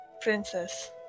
Princess